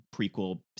prequel